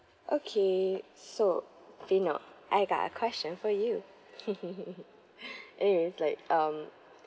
okay so vino I got a question for you anyway it's like um